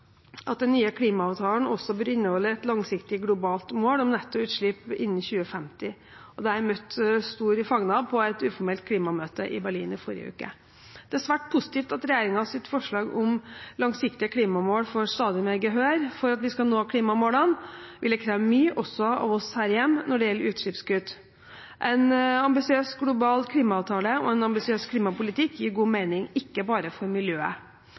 at den nye klimaavtalen også bør inneholde et langsiktig globalt mål om netto utslipp innen 2050, og det ble møtt med stor fagnad på et uformelt klimamøte i Berlin i forrige uke. Det er svært positivt at regjeringens forslag om langsiktige klimamål får stadig mer gehør. For at vi skal nå klimamålene, vil det kreve mye også av oss her hjemme når det gjelder utslippskutt. En ambisiøs global klimaavtale og en ambisiøs klimapolitikk gir god mening ikke bare for miljøet.